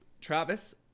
Travis